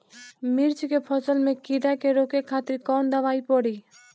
मिर्च के फसल में कीड़ा के रोके खातिर कौन दवाई पड़ी?